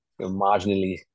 marginally